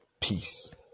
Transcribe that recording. Peace